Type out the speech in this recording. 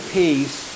peace